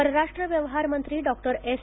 परराष्ट्र व्यवहार मंत्री डॉक्टर एस्